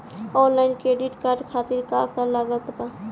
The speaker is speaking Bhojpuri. आनलाइन क्रेडिट कार्ड खातिर का का लागत बा?